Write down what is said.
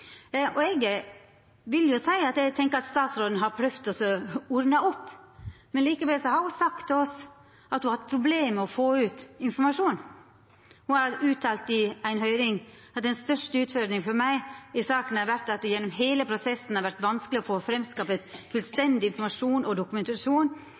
materiell. Eg tenkjer at statsråden har prøvd å ordna opp, men likevel har ho sagt til oss at ho har hatt problem med å få ut informasjon. Ho uttalte i ei høyring: «Den største utfordringen for meg i saken har vært at det gjennom hele prosessen har vært vanskelig å få